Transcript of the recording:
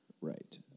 Right